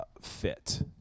fit